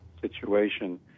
situation